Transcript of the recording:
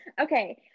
Okay